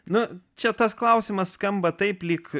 na čia tas klausimas skamba taip lyg